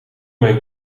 mijn